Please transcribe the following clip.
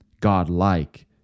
God-like